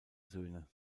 söhne